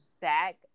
back